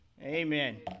amen